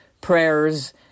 prayers